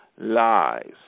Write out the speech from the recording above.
lies